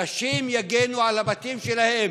אנשים יגנו על הבתים שלהם.